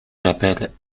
j’appelle